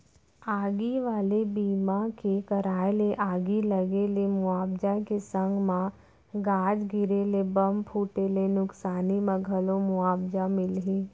आगी वाले बीमा के कराय ले आगी लगे ले मुवाजा के संग म गाज गिरे ले, बम फूटे ले नुकसानी म घलौ मुवाजा मिलही